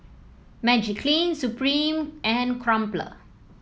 Magiclean Supreme and Crumpler